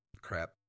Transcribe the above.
crap